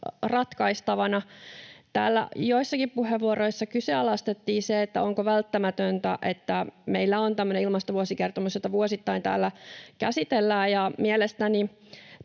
ratkaistava. Täällä joissakin puheenvuoroissa kyseenalaistettiin se, onko välttämätöntä, että meillä on tämmöinen ilmastovuosikertomus, jota vuosittain täällä käsitellään, ja pidän